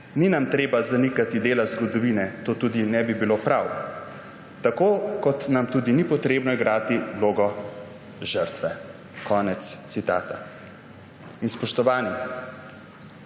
»Ni nam treba zanikati dela zgodovine, to tudi ne bi bilo prav. Tako kot nam tudi ni potrebno igrati vloge žrtve.« Konec citata. Spoštovani,